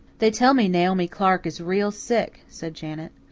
they tell me naomi clark is real sick, said janet.